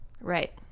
Right